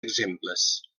exemples